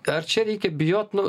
ar čia reikia bijot nu